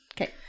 Okay